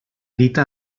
dita